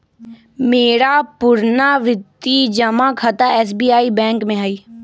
मेरा पुरनावृति जमा खता एस.बी.आई बैंक में हइ